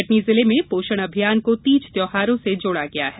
कटनी जिले में पोषण अभियान को तीज त्यौहारों से जोड़ा गया है